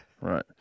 Right